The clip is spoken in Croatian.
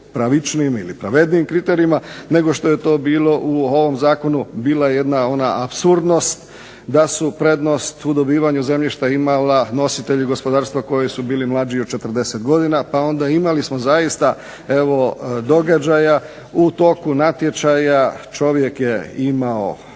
pravičnijim, pravednijim kriterijima nego je to bilo u ovom zakonu, bila je jedna apsurdnost da su prednost u dobivanju zemljišta imali nositelji gospodarstva koji su bili mlađi od 40 godina, pa onda imali smo zaista događaja u toku natječaja čovjek je imao